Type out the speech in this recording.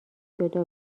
جدا